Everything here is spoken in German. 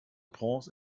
prince